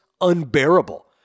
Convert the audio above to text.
unbearable